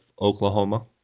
Oklahoma